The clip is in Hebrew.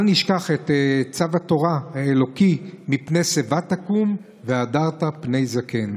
אל נשכח את צו התורה האלוקי: מפני שיבה תקום והדרת פני זקן.